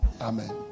amen